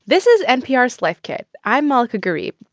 this is npr's life kit. i'm malaka gharib.